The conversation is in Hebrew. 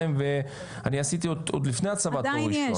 אני עשיתי עוד לפני הצבא תואר ראשון.